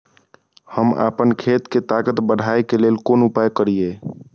हम आपन खेत के ताकत बढ़ाय के लेल कोन उपाय करिए?